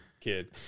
kid